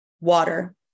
Water